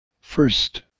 First